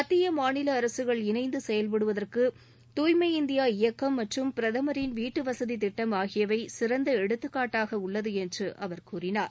மத்திய மாநில அரசுகள் இணைந்து செயல்படுவதற்கு தூய்மை இந்தியா இயக்கம் மற்றும் பிரதமரின் வீட்டுவசதி திட்டம் ஆகியவை சிறந்த எடுத்துக்காட்டாக உள்ளது என்று அவர் கூறினார்